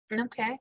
Okay